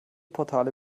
portale